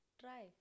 Try